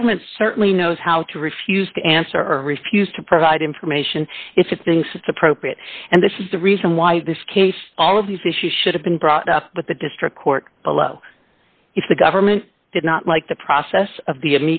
government certainly knows how to refuse to answer or refuse to provide information if it thinks it's appropriate and this is the reason why this case all of these issues should have been brought up with the district court below if the government did not like the process of the